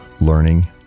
learning